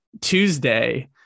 Tuesday